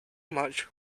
much